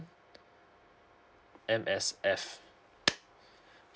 M_S_F